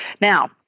Now